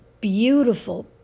beautiful